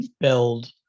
Build